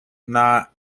not